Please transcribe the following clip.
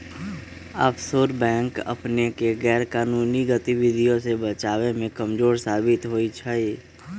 offshore bank अपनेके गैरकानूनी गतिविधियों से बचाबे में कमजोर साबित होइ छइ